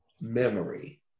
memory